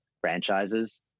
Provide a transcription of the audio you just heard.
franchises